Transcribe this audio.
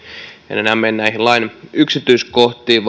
en enää mene näihin lain yksityiskohtiin